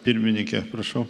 pirmininke prašau